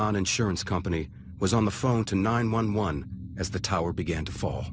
on insurance company was on the phone to nine one one as the tower began to fall